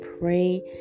pray